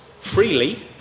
freely